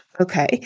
okay